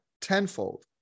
tenfold